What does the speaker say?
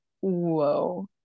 whoa